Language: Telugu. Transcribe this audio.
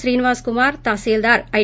శ్రీనివాస్ కుమార్ తాశీల్గార్ ఐ